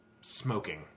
smoking